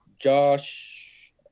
Josh –